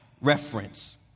reference